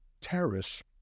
terrorists